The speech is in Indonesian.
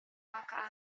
maka